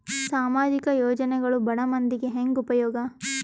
ಸಾಮಾಜಿಕ ಯೋಜನೆಗಳು ಬಡ ಮಂದಿಗೆ ಹೆಂಗ್ ಉಪಯೋಗ?